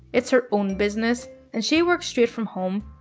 it's her own business, and she works straight from home.